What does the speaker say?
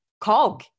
cog